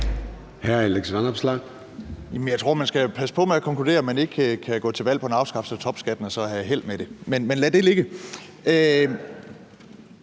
Jeg tror, man skal passe på med at konkludere, at man ikke kan gå til valg på en afskaffelse af topskatten og så have held med det. Men lad det ligge.